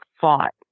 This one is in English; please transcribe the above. fought